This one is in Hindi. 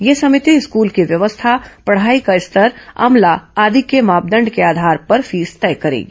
यह समिति स्कूल की व्यवस्था पढ़ाई का स्तर अमला आदि के मापदंड के आधार पर फीस तय करेगी